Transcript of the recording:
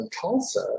Tulsa